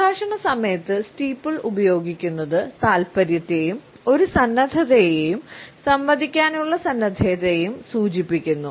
സംഭാഷണ സമയത്ത് സ്റ്റീപ്പിൾ ഉപയോഗിക്കുന്നത് താൽപ്പര്യത്തെയും ഒരു സന്നദ്ധതയെയും സംവദിക്കാനുള്ള സന്നദ്ധതയെയും സൂചിപ്പിക്കുന്നു